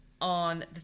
On